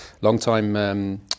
long-time